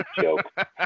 joke